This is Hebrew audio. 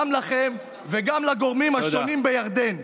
גם לכם וגם לגורמים השונים בירדן: